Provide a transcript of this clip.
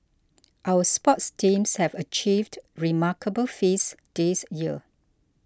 our sports teams have achieved remarkable feats this year